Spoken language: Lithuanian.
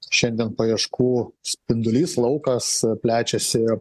šiandien paieškų spindulys laukas plečiasi